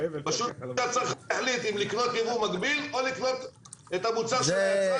פשוט אתה צריך להחליט אם לקנות יבוא מקביל או לקנות את המוצר של היצרן.